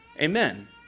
Amen